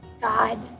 God